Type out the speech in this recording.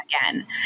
again